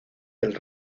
del